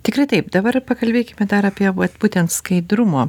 tikrai taip dabar pakalbėkime dar apie vat būtent skaidrumo